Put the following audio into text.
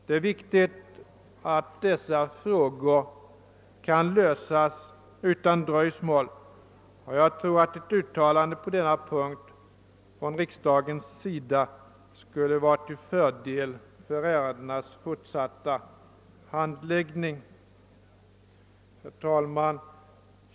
Det är viktigt att dessa frågor kan lösas utan dröjsmål, och jag tror att ett uttalande av riksdagen på denna punkt skulle vara till fördel för ärendenas fortsatta handläggning. Herr talman!